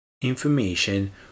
information